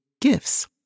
gifts